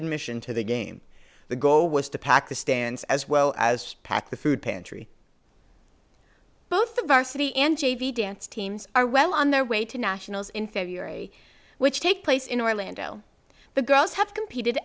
admission to the game the goal was to pakistan's as well as packed the food pantry both the varsity and j v dance teams are well on their way to nationals in february which take place in orlando but girls have competed